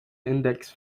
index